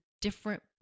different